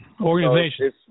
Organization